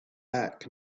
back